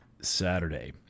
Saturday